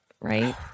Right